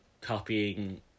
copying